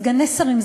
סגני שרים,